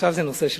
עכשיו זה נושא שלך.